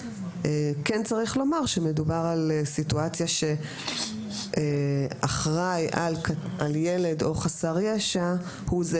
כן צריך לומר שמדובר על סיטואציה שאחראי על ילד או חסר ישע הוא זה